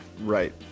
Right